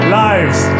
lives